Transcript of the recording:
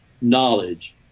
knowledge